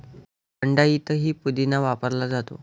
थंडाईतही पुदिना वापरला जातो